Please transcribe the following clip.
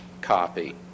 copy